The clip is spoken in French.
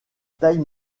taille